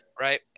Right